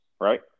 right